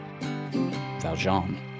Valjean